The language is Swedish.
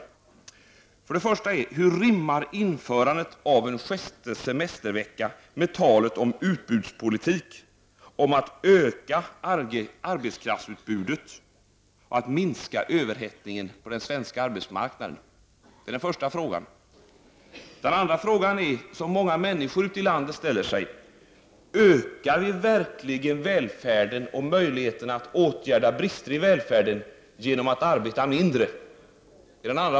Den första frågan är: Hur rimmar införandet av en sjätte semestervecka med talet om utbudspolitik, vilken går ut på att öka arbetskraftsutbudet och att minska överhettningen på den svenska arbetsmarknaden? Den andra frågan är en fråga som många människor ute i landet ställer sig: Ökar vi verkligen den svenska välfärden och möjligheten att åtgärda brister i denna genom att arbeta mindre?